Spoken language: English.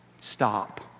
Stop